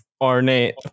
ornate